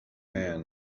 man